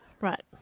Right